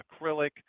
acrylic